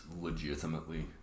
legitimately